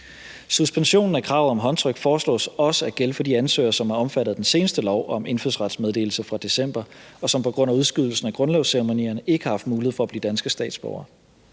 Suspensionen af kravet om håndtryk foreslås også at gælde for de ansøgere, der er omfattet af den seneste lov om indfødsretsmeddelelse fra december, og som på grund af udskydelsen af grundlovsceremonierne ikke har haft mulighed for at blive danske statsborgere.